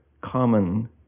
common